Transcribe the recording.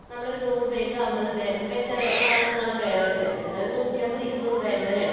നമ്മളൊരു നൂറു ബാഗ് അൻപത് ബാഗൊക്കെ ചില മാസങ്ങളൊക്കെ ഇറക്കുന്നുണ്ട് ചിലർ നൂറ്റൻപത് ഇരുനൂറ് ബാഗ് വരെ ഇറക്കും